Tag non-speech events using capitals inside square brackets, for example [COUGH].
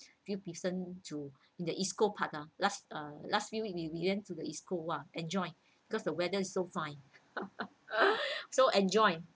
few person to in the East Coast Park ah last uh last few week we went to the east coast wild enjoyed because the weather so fine [LAUGHS] so enjoyed